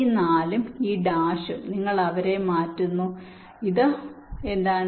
ഈ 4 ഉം ഈ ഡാഷും നിങ്ങൾ അവരെ മാറ്റുന്നു ഇത് ഇതാണ്